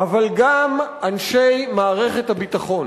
אבל גם אנשי מערכת הביטחון,